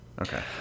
Okay